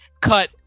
cut